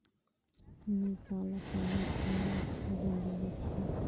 मी काला चना खवा छोड़े दिया छी